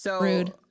Rude